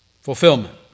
Fulfillment